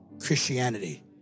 Christianity